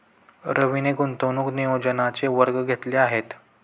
रवीने गुंतवणूक नियोजनाचे वर्ग घेतले आहेत